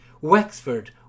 Wexford